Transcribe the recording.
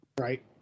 Right